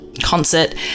concert